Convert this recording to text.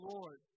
Lord